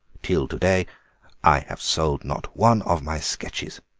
till to-day i have sold not one of my sketches.